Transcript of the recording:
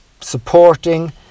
Supporting